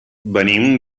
venim